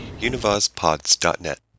UnivazPods.net